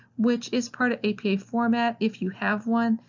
which is part of apa format. if you have one,